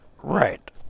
Right